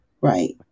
Right